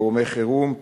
גורמי חירום,